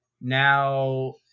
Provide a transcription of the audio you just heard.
now –